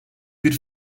bir